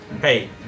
Hey